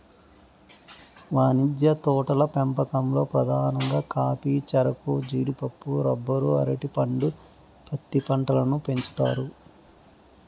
వాణిజ్య తోటల పెంపకంలో పధానంగా కాఫీ, చెరకు, జీడిపప్పు, రబ్బరు, అరటి పండు, పత్తి పంటలను పెంచుతారు